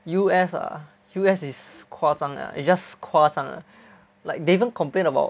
U_S ah U_S is 夸张 ah it's just 夸张 ah like they even complain about